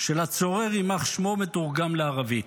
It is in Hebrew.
של הצורר, יימח שמו, מתורגם לערבית.